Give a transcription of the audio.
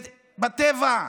זה בטבע,